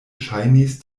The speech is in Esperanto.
ŝajnis